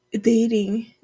dating